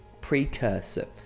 precursor